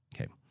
okay